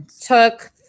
took